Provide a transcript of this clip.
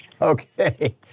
Okay